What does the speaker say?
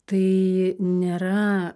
tai nėra